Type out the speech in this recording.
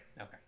Okay